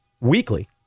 weekly